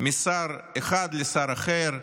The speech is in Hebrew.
משר אחד לשר אחר,